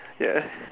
ya